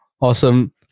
awesome